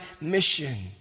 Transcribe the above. mission